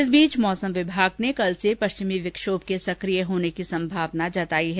इस बीच मौसम विभागने कलसे पश्चिमी विक्षोभ के सक्रिय होने की संभावना जताई है